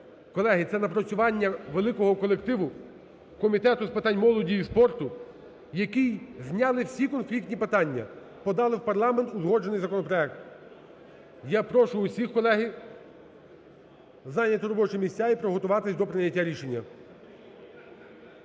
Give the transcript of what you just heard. Колеги, це напрацювання великого колективу – Комітету з питань молоді і спорту, який зняли всі конфліктні питання, подали в парламент узгоджений законопроект. Я прошу всіх, колеги, зайняти робочі місця і приготуватись до прийняття рішення.